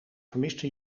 vermiste